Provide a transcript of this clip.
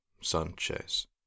Sanchez